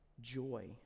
joy